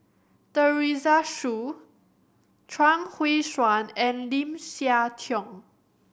Teresa Hsu Chuang Hui Tsuan and Lim Siah Tong